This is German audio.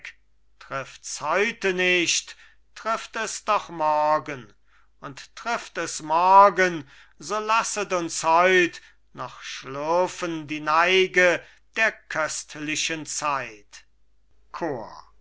triffts heute nicht trifft es doch morgen und trifft es morgen so lasset uns heut noch schlürfen die neige der köstlichen zeit chor